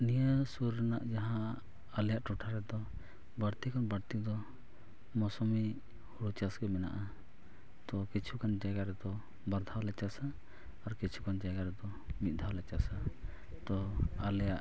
ᱱᱤᱭᱟᱹ ᱥᱩᱨ ᱨᱮᱱᱟᱜ ᱡᱟᱦᱟᱸ ᱟᱞᱮᱭᱟᱜ ᱴᱚᱴᱷᱟ ᱨᱮᱫᱚ ᱵᱟᱹᱲᱛᱤ ᱠᱷᱚᱱ ᱵᱟᱹᱲᱛᱤ ᱫᱚ ᱢᱳᱥᱩᱢᱤ ᱦᱩᱲᱩ ᱪᱟᱥ ᱜᱮ ᱢᱮᱱᱟᱜᱼᱟ ᱛᱳ ᱠᱤᱪᱷᱩᱜᱟᱱ ᱡᱟᱭᱜᱟ ᱨᱮᱫᱚ ᱵᱟᱨ ᱫᱷᱟᱣ ᱞᱮ ᱪᱟᱥᱟ ᱟᱨ ᱠᱤᱪᱷᱩ ᱜᱟᱱ ᱡᱟᱭᱜᱟ ᱨᱮᱫᱚ ᱢᱤᱫ ᱫᱷᱟᱣ ᱞᱮ ᱪᱟᱥᱟ ᱛᱳ ᱟᱞᱮᱭᱟᱜ